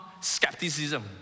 skepticism